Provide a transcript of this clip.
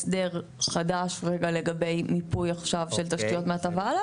הסדר חדש לגבי מיפוי של תשתיות מעתה והלאה.